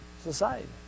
society